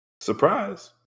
Surprise